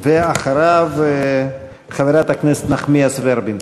אחריו, חברת הכנסת נחמיאס ורבין.